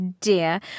dear